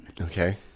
Okay